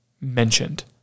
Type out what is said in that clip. mentioned